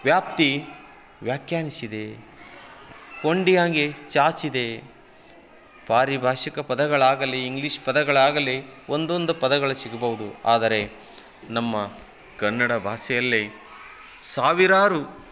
ವ್ಯಾಪ್ತಿ ವ್ಯಾಖ್ಯಾನಿಸಿದೆ ಕೊಂಡಿ ಹಂಗೆ ಚಾಚಿದೆ ಪಾರಿಭಾಷಿಕ ಪದಗಳಾಗಲಿ ಇಂಗ್ಲೀಷ್ ಪದಗಳಾಗಲಿ ಒಂದೊಂದು ಪದಗಳು ಸಿಗ್ಬೌದು ಆದರೆ ನಮ್ಮ ಕನ್ನಡ ಭಾಷೆಯಲ್ಲಿ ಸಾವಿರಾರು